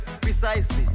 Precisely